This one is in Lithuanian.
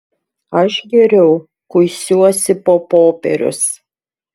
aš geriau kuisiuosi po popierius